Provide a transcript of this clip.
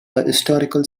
historical